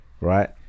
right